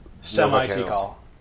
Semi-T-call